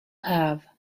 have